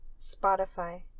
Spotify